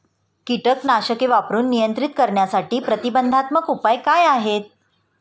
कीटकनाशके वापरून नियंत्रित करण्यासाठी प्रतिबंधात्मक उपाय काय आहेत?